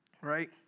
right